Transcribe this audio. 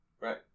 Right